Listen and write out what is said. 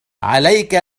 عليك